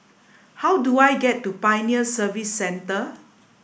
how do I get to Pioneer Service Centre